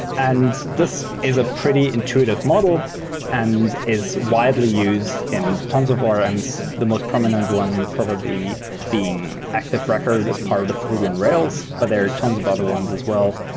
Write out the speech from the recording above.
and this is a pretty intuitive model and is widely used in tons of orms. the most prominent one probably being active record as part of ruby on rails, but there are tons of other ones as well.